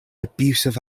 abusive